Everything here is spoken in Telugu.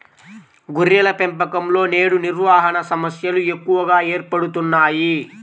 గొర్రెల పెంపకంలో నేడు నిర్వహణ సమస్యలు ఎక్కువగా ఏర్పడుతున్నాయి